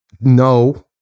No